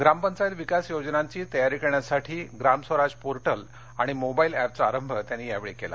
ग्राम पंचायत विकास योजनांची तयारी करण्यासाठी ई ग्रामस्वराज पोर्टल आणि मोबाईल ऍपचा आरंभ त्यांनी यावेळी केला